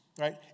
Right